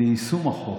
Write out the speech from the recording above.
היא ליישום החוק,